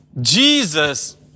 Jesus